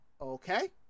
Okay